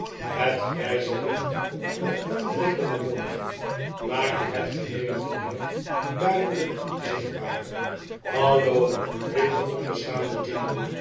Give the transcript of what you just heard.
het grijze licht van den aanbrekenden morgen maakte het geheele tooneel duidelijk zichtbaar hallo riep de onbeschaamde jingle